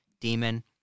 demon